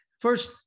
first